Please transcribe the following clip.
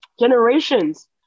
generations